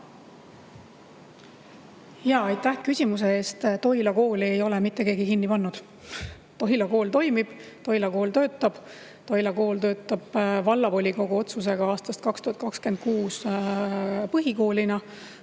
Aitäh küsimuse eest! Toila kooli ei ole mitte keegi kinni pannud. Toila kool toimib, Toila kool töötab. Toila kool töötab vallavolikogu otsusega aastast 2026 põhikoolina.